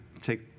take